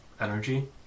energy